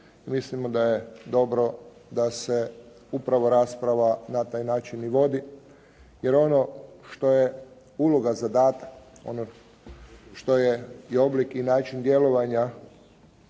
Mislimo da je dobro da se upravo rasprava na taj način i vodi, jer ono što je uloga, zadatak onog što je i oblik i način djelovanja